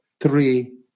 three